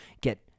Get